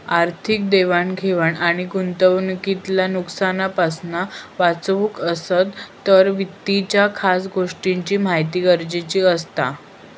आर्थिक देवाण घेवाण आणि गुंतवणूकीतल्या नुकसानापासना वाचुचा असात तर वित्ताच्या खास गोष्टींची महिती गरजेची असता